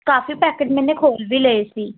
ਕਾਫੀ packet ਮੈਨੇ ਖੋਲ੍ਹ ਵੀ ਲਏ ਸੀ